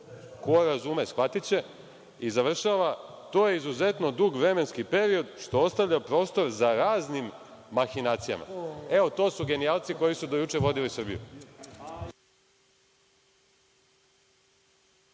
Ko razume shvatiće i završava – to je izuzetno dug vremenski period što ostavlja prostor za raznim mahinacijama. Evo, to su genijalci koji su do juče vodili